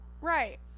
Right